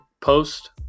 post